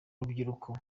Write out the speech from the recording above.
rubyiruko